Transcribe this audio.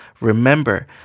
remember